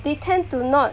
they tend to not